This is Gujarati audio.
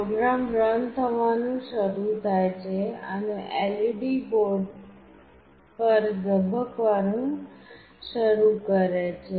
પ્રોગ્રામ રન થવાનું શરૂ થાય છે અને LED બોર્ડ પર ઝબકવાનું શરૂ કરે છે